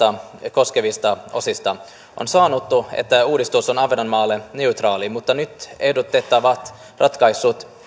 koskevista osista on sanottu että uudistus on ahvenanmaalle neutraali mutta nyt ehdotettavat ratkaisut